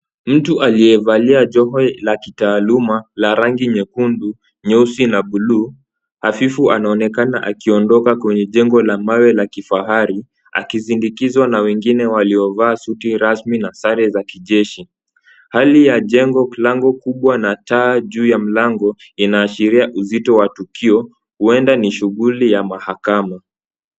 Mtu aliyevalia joho la kitaaluma la rangi nyekundu, nyeusi na bluu hafifu anaonekana akiondoka kwenye jengo la mawe la kifahari, akisindikizwa na wengine waliovaa suti rasmi na sare za kijeshi. Hali ya jengo mlango kubwa na taa kubwa juu ya mlango inaashiria uzito wa tukio huenda ni shughuli ya mahakama.